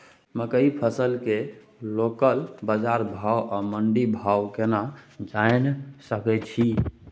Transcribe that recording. मकई फसल के लोकल बाजार भाव आ मंडी भाव केना जानय सकै छी?